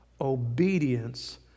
Obedience